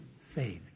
saved